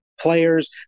players